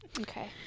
okay